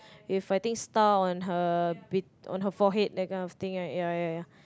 with I think star on her big on her forehead that kind of thing right ya ya ya